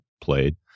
played